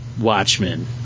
Watchmen